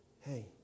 Hey